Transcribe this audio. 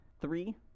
Three